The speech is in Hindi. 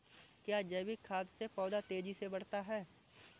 क्या जैविक खाद से पौधा तेजी से बढ़ता है?